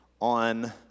on